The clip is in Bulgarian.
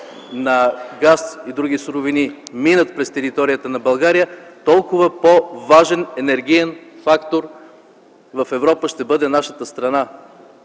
на газ и други суровини минат през територията на България, толкова по-важен енергиен фактор в Европа ще бъде нашата страна.